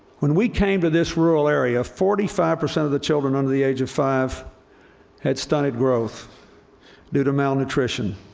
when we came to this rural area, forty five percent of the children under the age of five had stunted growth due to malnutrition.